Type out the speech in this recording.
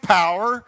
power